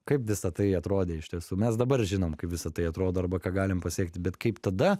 kaip visa tai atrodė iš tiesų mes dabar žinom kaip visa tai atrodo arba ką galim pasiekti bet kaip tada